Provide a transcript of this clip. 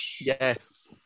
yes